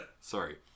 Sorry